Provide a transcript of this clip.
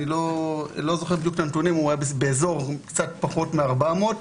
היה קצת פחות מ-400,